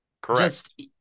Correct